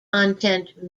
content